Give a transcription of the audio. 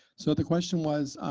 so the question was,